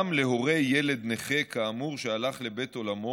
גם להורה לילד נכה כאמור שהלך לבית עולמו